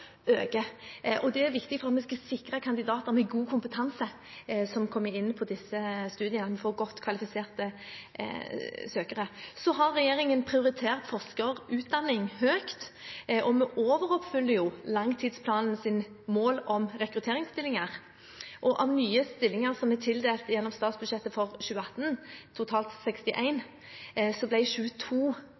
er viktig for at vi skal kunne sikre at det er godt kvalifiserte søkere som kommer inn på disse studiene. Regjeringen har prioritert forskerutdanning høyt, og vi overoppfyller langtidsplanens mål om rekrutteringsstillinger. Av nye stillinger som er tildelt gjennom statsbudsjettet for 2018, totalt 61, er 22